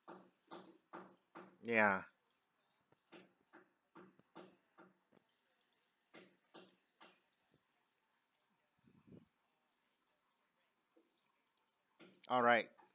ya alright